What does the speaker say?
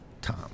Tom